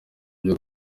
byo